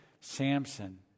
Samson